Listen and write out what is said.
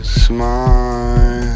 smile